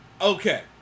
Okay